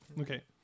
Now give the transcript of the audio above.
Okay